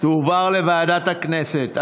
ההצעה תועבר לוועדת הכנסת.